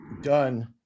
done